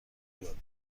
بدهکاری